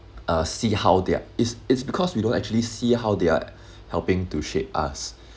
uh see how they're it's it's because you don't actually see how they're helping to shape us